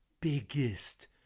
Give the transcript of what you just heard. biggest